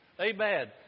Amen